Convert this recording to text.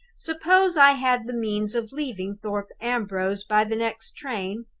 suppose i had the means of leaving thorpe ambrose by the next train,